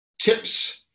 tips